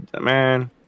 man